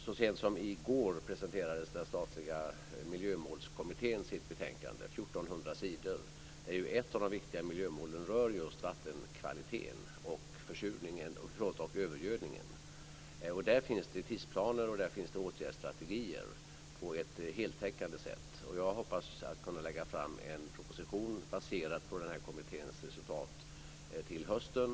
Så sent som i går presenterades den statliga miljömålskommittén sitt betänkande - 1 400 sidor - där ett av de viktiga miljömålen rör just vattenkvaliteten och övergödningen. Och där finns det tidsplaner och åtgärdsstrategier på ett heltäckande sätt. Jag hoppas att kunna lägga fram en proposition baserad på denna kommittés resultat till hösten.